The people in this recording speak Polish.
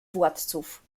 władców